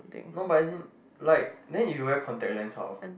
no but as in like then if you wear contact lens how